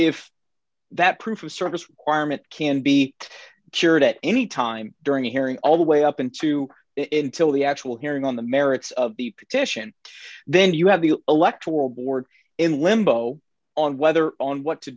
if that proof of service requirement can be cured at any time during the hearing all the way up into it until the actual hearing on the merits of the petition then you have the electoral board in limbo on whether on what to